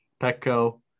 Petco